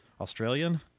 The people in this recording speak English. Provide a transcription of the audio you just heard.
Australian